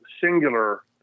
singular